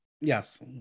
Yes